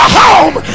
home